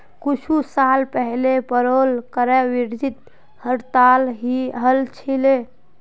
कुछू साल पहले पेरोल करे विरोधत हड़ताल हल छिले